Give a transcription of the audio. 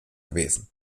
gewesen